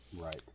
Right